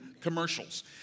commercials